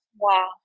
Wow